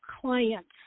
clients